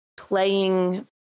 playing